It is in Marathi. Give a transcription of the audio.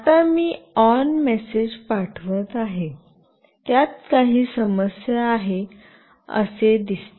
आता मी ऑन मेसेज पाठवित आहे त्यात काही समस्या आहे असे दिसते